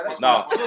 No